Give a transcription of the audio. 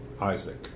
Isaac